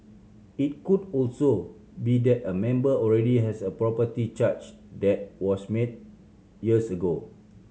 it could also be that a member already has a property charge that was made years ago